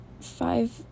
five